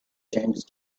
change